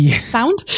Sound